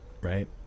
right